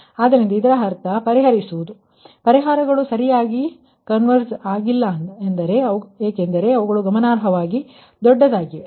ಆದ್ದರಿಂದ ಇದರ ಅರ್ಥ ಪರಿಹರಿಸುವುದು ಅಂದರೆ ನಿಮ್ಮ ಪರಿಹಾರಗಳು ಸರಿಯಾಗಿ ಕನ್ವಸ್ರ್ ಆಗಿಲ್ಲ ಏಕೆಂದರೆ ಇವುಗಳು ಗಮನಾರ್ಹವಾಗಿ ದೊಡ್ಡದಾಗಿವೆ